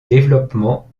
développement